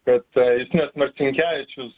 kad justinas marcinkevičius